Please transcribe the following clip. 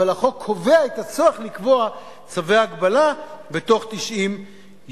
אבל החוק קובע את הצורך לקבוע צווי הגבלה בתוך 90 יום.